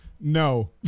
no